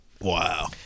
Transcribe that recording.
Wow